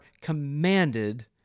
commanded